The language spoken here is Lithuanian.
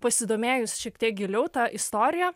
pasidomėjus šiek tiek giliau ta istorija